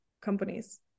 companies